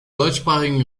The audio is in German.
deutschsprachigen